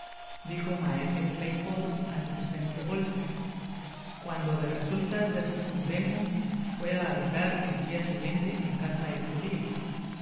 dijo maese claypolé al presente bolter cuando de resultas de sus convenios fué á habitar el dia siguiente en casa el judio